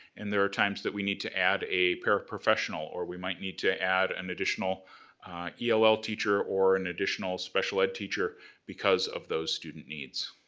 and there are times we need to add a para-professional or we might need to add an additional ell ell teacher or an additional special ed teacher because of those student needs.